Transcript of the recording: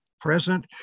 present